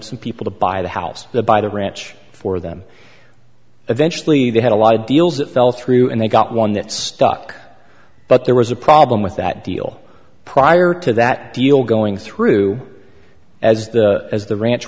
some people to buy the house the buy the ranch for them eventually they had a lot of deals that fell through and they got one that stuck but there was a problem with that deal prior to that deal going through as the as the ranch